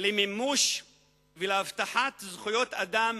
למימוש ולהבטחת זכויות אדם